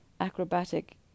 acrobatic